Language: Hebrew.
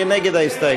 מי נגד ההסתייגות?